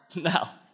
Now